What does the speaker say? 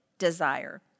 desire